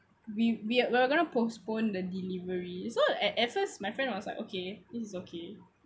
we we're we're going to postpone the deliveries so at at so it's my friend was like okay it is okay